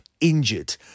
injured